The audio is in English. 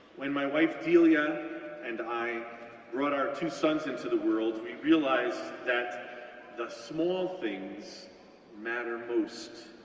when my wife delia and i brought our two sons into the world, we realized that the small things matter most.